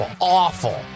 Awful